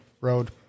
Road